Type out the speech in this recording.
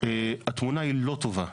התמונה היא לא טובה.